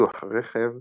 ביטוח רכב,